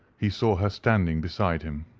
he saw her standing beside him.